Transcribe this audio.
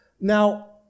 Now